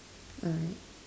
alright